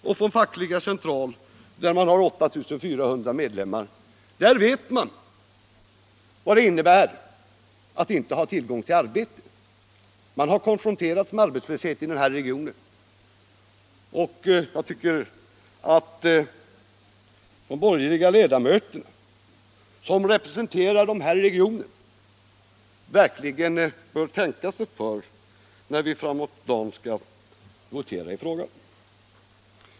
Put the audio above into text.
Inom Fackliga centralorganisationen, där man har 8 400 medlemmar, vet man vad det innebär att inte ha tillgång till arbete. Man har konfronterats med arbetslöshet i den här regionen, och jag tycker att de borgerliga ledamöter som representerar regionen verkligen bör tänka sig för, när vi senare i dag skall votera i frågan.